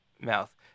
mouth